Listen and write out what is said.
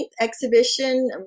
exhibition